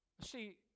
See